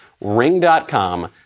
ring.com